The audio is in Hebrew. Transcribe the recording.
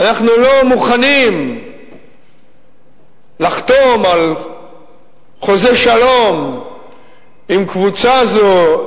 אנחנו לא מוכנים לחתום על חוזה שלום עם קבוצה זו,